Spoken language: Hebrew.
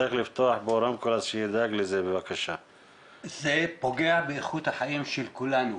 זה פוגע באיכות החיים של כולנו,